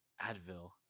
Advil